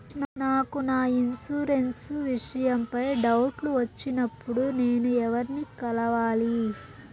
నాకు నా ఇన్సూరెన్సు విషయం పై డౌట్లు వచ్చినప్పుడు నేను ఎవర్ని కలవాలి?